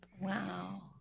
Wow